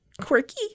quirky